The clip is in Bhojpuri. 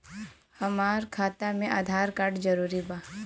हमार खाता में आधार कार्ड जरूरी बा?